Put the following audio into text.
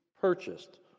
purchased